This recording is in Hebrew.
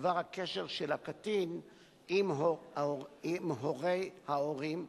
בדבר הקשר של הקטין עם הורי ההורים,